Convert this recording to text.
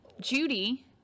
judy